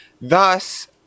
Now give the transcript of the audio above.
thus